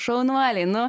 šaunuoliai nu